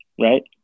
right